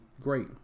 great